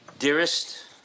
Dearest